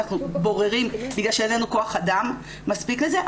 אנחנו בוררים בגלל שאין לנו כוח אדם מספיק לזה.